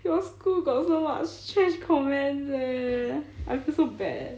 your school got so much trash comments eh I feel so bad eh